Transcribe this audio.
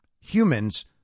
humans